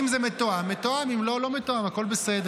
אם זה מתואם, מתואם, אם לא, לא מתואם, הכול בסדר.